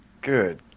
Good